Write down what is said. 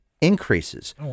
increases